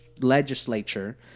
legislature